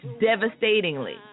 devastatingly